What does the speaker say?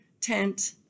tent